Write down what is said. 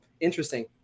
interesting